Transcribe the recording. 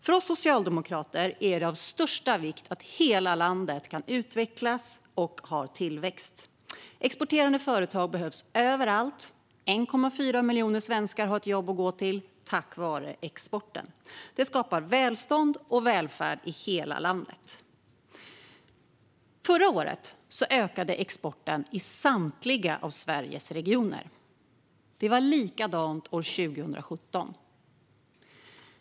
För oss socialdemokrater är det av största vikt att hela landet kan utvecklas och ha en tillväxt. Exporterande företag behövs överallt. Det är 1,4 miljoner svenskar som har ett jobb att gå till tack vare exporten. Det skapar välstånd och välfärd i hela landet. Förra året ökade exporten i Sveriges samtliga regioner. Det var likadant 2017.